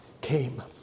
came